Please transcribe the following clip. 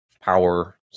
power